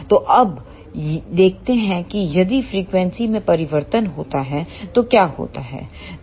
तो अब देखते हैं कि यदि फ्रीक्वेंसी में परिवर्तन होता है तो क्या होता है